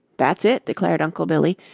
that's it, declared uncle billy,